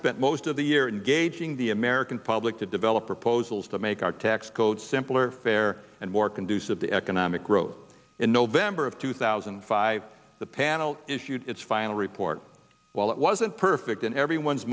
spent most of the year in gauging the american public to develop proposals to make our tax code simpler fairer and more conducive to economic growth in november of two thousand and five the panel issued its final report while it wasn't perfect in everyone's